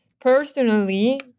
personally